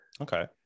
Okay